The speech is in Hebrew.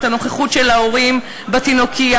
את הנוכחות של ההורים בתינוקייה,